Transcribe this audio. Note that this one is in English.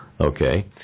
Okay